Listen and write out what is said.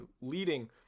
leading